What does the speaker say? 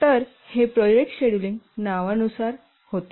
तर हे project scheduling नावानुसार होते